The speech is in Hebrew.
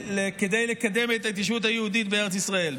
לקדם את ההתיישבות היהודית בארץ ישראל,